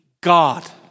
God